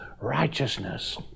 righteousness